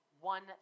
one